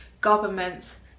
governments